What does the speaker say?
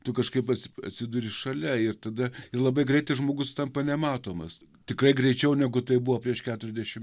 tu kažkaip pats atsiduri šalia ir tada ir labai greitai žmogus tampa nematomas tikrai greičiau negu tai buvo prieš keturedešimt